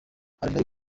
ayo